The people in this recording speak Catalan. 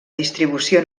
distribució